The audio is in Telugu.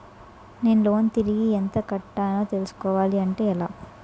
నేను లోన్ తిరిగి ఎంత కట్టానో తెలుసుకోవాలి అంటే ఎలా?